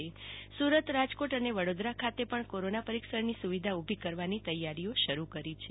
તેમજ સુ રત્રાજકોટ અને વડોદરા ખાતે પણ કોરોના પરિક્ષણની સુવિધા ઉલી કરવાની તૈયારીઓ શરી કરી છે